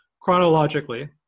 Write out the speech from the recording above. chronologically